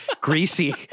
greasy